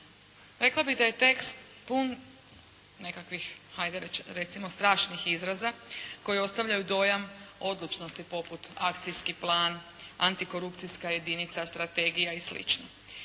Rekla bih da je tekst pun nekakvih ajde recimo strašnih izraza koji ostavljaju dojam odlučnosti poput akcijski plan, antikorupcijska jedinica, strategija i sl.